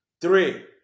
Three